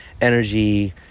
energy